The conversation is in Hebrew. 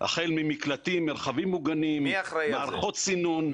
החל ממקלטים, מרחבים מוגנים, מערכות סינון.